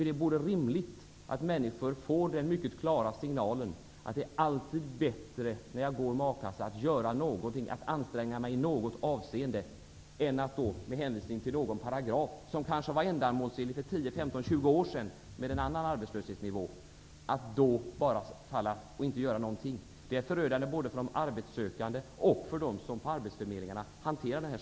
Det är rimligt att människor alltid får den mycket klara signalen att det under den tid man får akasseersättning alltid är bättre att göra något och att anstränga sig i något avseende än att, med hänvisning till någon paragraf som kanske var ändamålsenlig för 10, 15 eller 20 år sedan när arbetslöshetsnivån var annorlunda, inte göra någonting. Det är förödande både för de arbetssökande och för dem som på arbetsförmedlingarna hanterar detta.